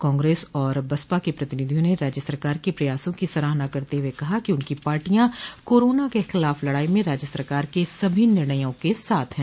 कांग्रेस व बसपा के प्रतिनिधियों ने राज्य सरकार के प्रयासों की सराहना करते हुए कहा कि उनकी पार्टियां कोरोना के खिलाफ लड़ाई में राज्य सरकार के सभी निर्णयों के साथ है